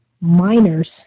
minors